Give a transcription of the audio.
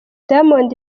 diamond